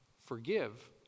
forgive